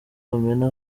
bamena